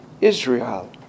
Israel